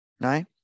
right